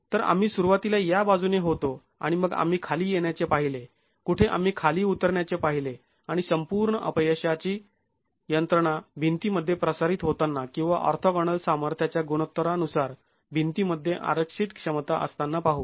तर आम्ही सुरुवातीला या बाजूने होतो आणि मग आम्ही खाली येण्याचे पाहिले कुठे आम्ही खाली उतरण्याचे पाहिले आणि संपूर्ण अपयशी यंत्रणा भिंती मध्ये प्रसारित होताना किंवा ऑर्थोगोनल सामर्थ्याच्या गुणोत्तरा नुसार भिंतीमध्ये आरक्षित क्षमता असताना पाहू